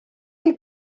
chi